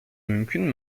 mümkün